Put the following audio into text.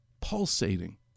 Pulsating